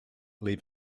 leave